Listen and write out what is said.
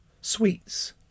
sweets